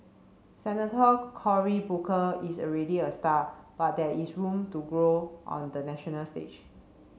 Senator Cory Booker is already a star but there is room to grow on the national stage